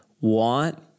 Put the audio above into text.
want